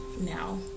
now